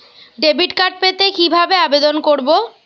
Debit card পেতে কি ভাবে আবেদন করব?